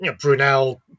Brunel